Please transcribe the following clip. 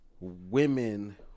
women